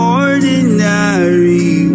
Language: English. ordinary